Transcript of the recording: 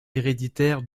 héréditaire